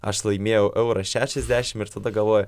aš laimėjau eurą šešiasdešim ir tada galvoju